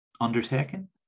undertaken